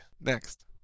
Next